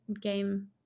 game